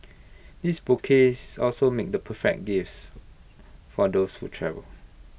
these bouquets also make the perfect gifts for those who travel